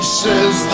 says